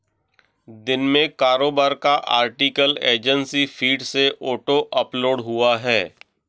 दिन में कारोबार का आर्टिकल एजेंसी फीड से ऑटो अपलोड हुआ है